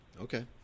Okay